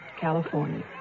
California